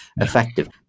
effective